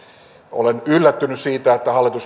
olen yllättynyt siitä että hallitus